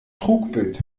trugbild